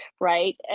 Right